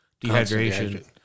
dehydration